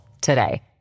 today